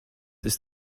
ist